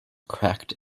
cracked